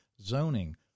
zoning